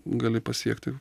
gali pasiekti